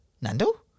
Nando